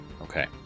Okay